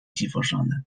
dziwożonę